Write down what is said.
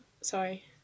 Sorry